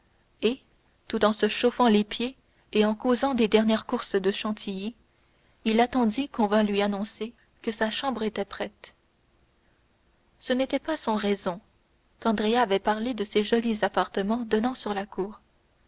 et tout en se chauffant les pieds et en causant des dernières courses de chantilly il attendit qu'on vînt lui annoncer que sa chambre était prête ce n'était pas sans raison qu'andrea avait parlé de ces jolis appartements donnant sur la cour